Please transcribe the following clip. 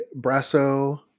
Brasso